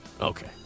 Okay